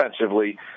defensively